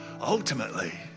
Ultimately